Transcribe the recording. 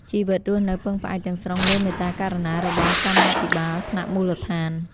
ជីវិតរស់នៅពឹងផ្អែកទាំងស្រុងលើមេត្តាករុណារបស់ "កម្មាភិបាល" ថ្នាក់មូលដ្ឋាន។